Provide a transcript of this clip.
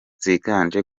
zigamije